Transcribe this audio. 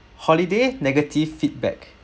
holiday negative feedback